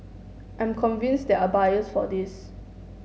I'm convince there are buyers for this